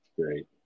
great